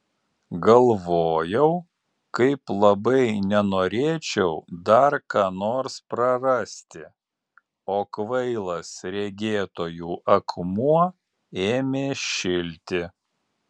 galvojau kaip labai nenorėčiau dar ką nors prarasti o kvailas regėtojų akmuo ėmė šilti